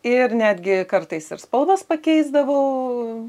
ir netgi kartais ir spalvas pakeisdavau